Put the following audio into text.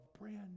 brand